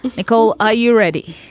nicole? are you ready?